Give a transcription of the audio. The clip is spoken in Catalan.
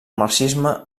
marxisme